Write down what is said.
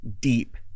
deep